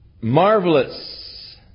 marvelous